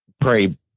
pray